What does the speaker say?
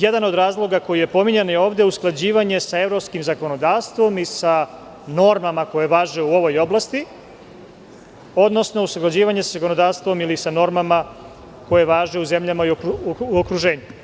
Jedan od razloga koji je pominjan ovde je usklađivanje sa evropskim zakonodavstvom i sa normama koje važe u ovoj oblasti, odnosno usklađivanje za zakonodavstvom ili sa normama koje važe u zemljama u okruženju.